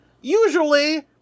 usually